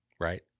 right